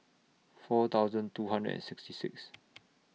four thousand two hundred and sixty six